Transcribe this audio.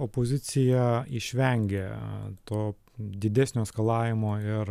opozicija išvengė to didesnio eskalavimo ir